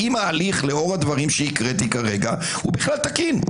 האם ההליך לאור הדברים שקראתי כרגע הוא בכלל תקין?